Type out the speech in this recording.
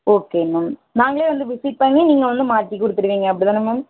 okay ma'am நாங்களே வந்து visit பண்ணி நீங்கள் வந்து மாற்றி கொடுத்துடுவீங்க அப்படி தானே மேம்